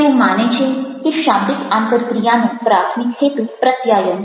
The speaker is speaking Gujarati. તેઓ માને છે કે શાબ્દિક આંતરક્રિયાનો પ્રાથમિક હેતુ પ્રત્યાયન છે